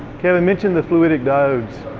kevin, mention the fluidic diodes.